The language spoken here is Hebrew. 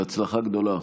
בהצלחה גדולה.